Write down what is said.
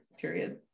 period